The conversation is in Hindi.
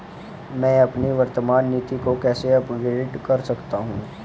मैं अपनी वर्तमान नीति को कैसे अपग्रेड कर सकता हूँ?